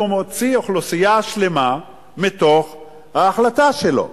הוא מוציא אוכלוסייה שלמה מתוך ההחלטה שלו.